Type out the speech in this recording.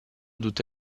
tutte